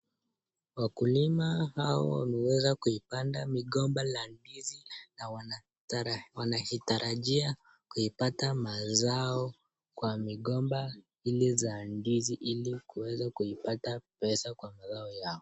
Wakulima hao wameeza kuipanda migomba ya ndizi , na wanaitarajia kuipata mazao kwa migomba hizi za ndizi ili kuweza kupata pesa kwenye mazao yao.